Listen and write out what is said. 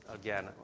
again